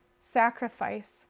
sacrifice